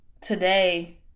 today